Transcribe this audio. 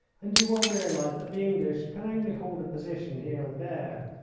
and you will realise that the english can only hold a position here and there.